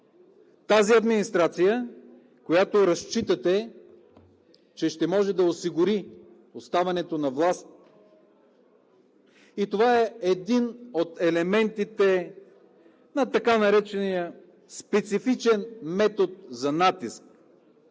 тази администрация, на която разчитате, че ще може да осигури оставането на власт. Това е един от елементите на така наречения специфичен метод за натиск.